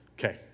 Okay